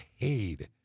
paid